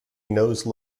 nose